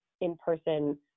in-person